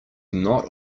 not